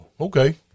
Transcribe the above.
okay